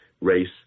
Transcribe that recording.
race